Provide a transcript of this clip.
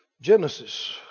Genesis